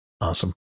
awesome